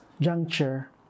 juncture